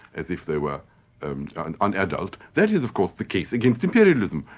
as if they were and and un-adult, that is of course the case against imperialism.